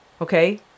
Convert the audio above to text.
Okay